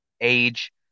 age